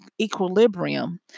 equilibrium